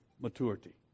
maturity